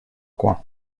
coin